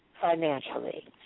financially